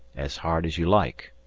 as hard as you like.